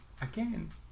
again